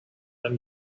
let